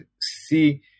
see